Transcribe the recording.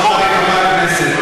חברי הכנסת,